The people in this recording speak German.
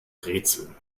rätsel